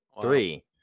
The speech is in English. Three